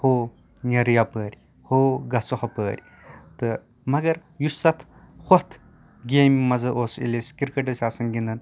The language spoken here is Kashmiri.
ہو نیرو یِپٲرۍ ہو گژھو ہُپٲرۍ تہٕ مَگر یُس اَتھ ہُتھ گیمہِ مزٕ اوس ییٚلہِ أسۍ کِرکَٹ ٲسۍ آسان گنٛدان